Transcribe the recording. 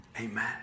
Amen